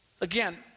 again